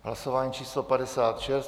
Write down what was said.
Hlasování číslo 56.